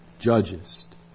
judgest